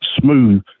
smooth